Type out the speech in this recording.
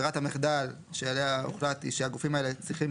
ברירת המחדל שעליה הוחלט היא שהגופים האלה צריכים